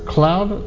Cloud